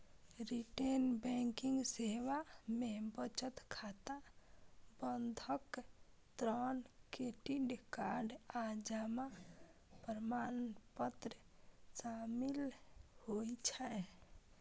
retail banking सेवा मे बचत खाता, बंधक, ऋण, क्रेडिट कार्ड आ जमा प्रमाणपत्र शामिल होइ छै